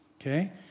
okay